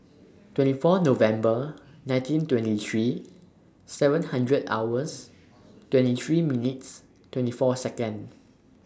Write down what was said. twenty four November nineteen twenty three seven one hundred hours twenty three minutes twenty four Seconds